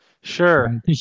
Sure